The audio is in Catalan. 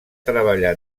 treballar